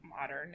modern